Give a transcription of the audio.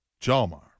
Jalmar